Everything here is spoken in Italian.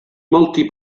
molti